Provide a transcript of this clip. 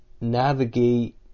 navigate